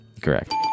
Correct